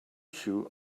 shoe